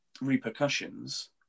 repercussions